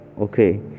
okay